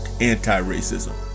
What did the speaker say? anti-racism